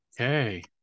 Okay